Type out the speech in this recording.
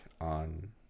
on